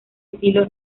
estilo